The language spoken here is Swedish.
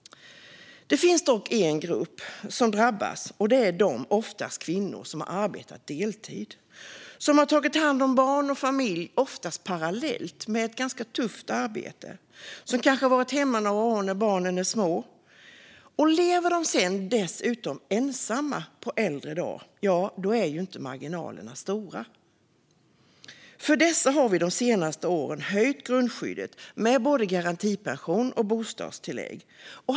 Det finns dock en grupp som drabbas, och det är de - oftast kvinnor - som har arbetat deltid. De har tagit hand om barn och familj, oftast parallellt med ett ganska tufft arbete. De kanske har varit hemma några år när barnen var små. Lever de sedan dessutom ensamma på äldre dagar - ja, då är ju inte marginalerna stora. För dessa har vi de senaste året höjt grundskyddet med både garantipension och bostadstillägg.